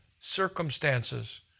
circumstances